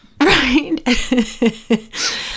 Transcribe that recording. Right